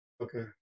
Okay